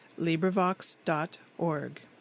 LibriVox.org